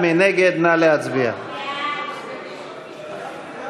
(כיסוי גירעון לאחר תקופת